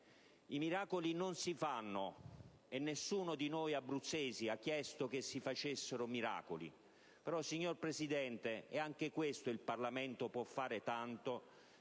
I miracoli non si fanno, e nessuno di noi abruzzesi ha chiesto che si facessero miracoli, però, signor Presidente (anche al riguardo il Parlamento può fare tanto),